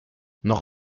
noch